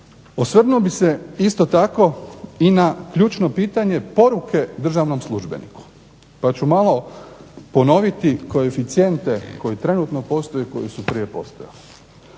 Osvrnuo bih se isto tako i na ključno pitanje poruke državnom službeniku. Pa ću malo ponoviti koeficijente koji trenutno postoje i koji su prije postojali.